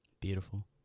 Beautiful